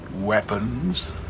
weapons